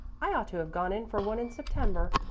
i ought to have gone in for one in september.